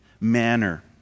manner